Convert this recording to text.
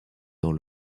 dans